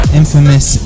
infamous